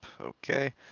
okay